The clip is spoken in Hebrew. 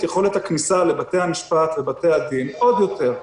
יכולת הכניסה לבתי המשפט ובתי הדין עוד יותר,